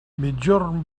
migjorn